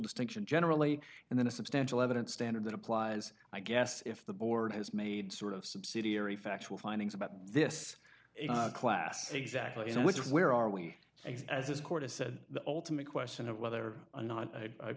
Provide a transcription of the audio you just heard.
distinction generally and then a substantial evidence standard that applies i guess if the board has made sort of subsidiary factual findings about this class exactly where are we as this court has said the ultimate question of whether or not